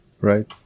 Right